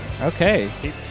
Okay